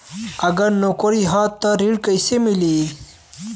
अगर नौकरी ह त ऋण कैसे मिली?